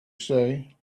say